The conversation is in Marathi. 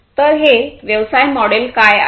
तर हे व्यवसाय मॉडेल काय आहे